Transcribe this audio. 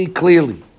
clearly